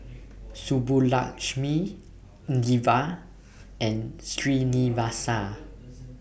Subbulakshmi Indira and Srinivasa